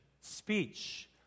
speech